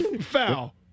Foul